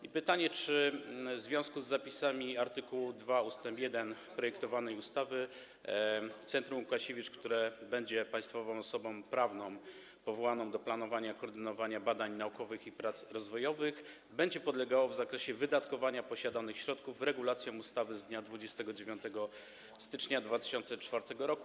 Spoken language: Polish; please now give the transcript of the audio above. Następne pytanie: Czy w związku z zapisami art. 2 ust. 1 projektowanej ustawy Centrum Łukasiewicz, które będzie państwową osobą prawną powołaną do planowania i koordynowania badań naukowych i prac rozwojowych, będzie podlegało w zakresie wydatkowania posiadanych środków regulacjom ustawy z dnia 29 stycznia 2004 r.